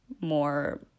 more